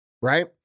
right